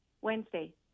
Wednesday